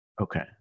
Okay